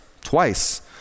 twice